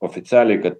oficialiai kad